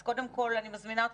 אז קודם כול אני מזמינה אותך.